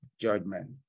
judgment